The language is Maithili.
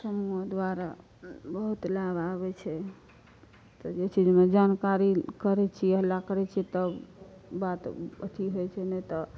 द्वारा बहुत लाभ आबै छै तऽ जे चीजके जानकारी करै छियै हल्ला करै छियै तब बात अथी होइ छै नहि तऽ